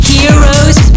Heroes